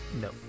No